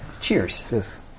cheers